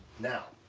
now,